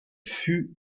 fut